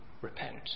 repent